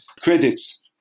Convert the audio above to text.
credits